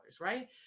right